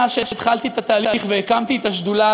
מאז שהתחלתי את התהליך והקמתי את השדולה,